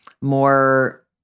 more